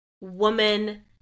woman